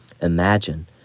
imagine